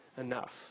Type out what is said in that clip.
enough